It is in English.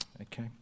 Okay